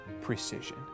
precision